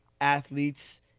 athletes